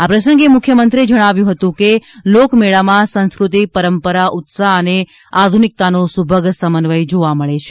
આ પ્રસંગે મુખ્યમંત્રીએ જણાવ્યું હતું કે લોકમેળામાં સંસ્કૃતિ પરંપરા ઉત્સાહ અને આધુનિકતાનો સુભગ સમન્વય જોવા મળે છે